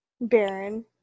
Baron